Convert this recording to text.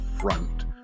front